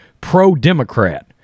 pro-Democrat